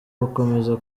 gukomeza